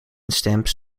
stamps